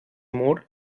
mur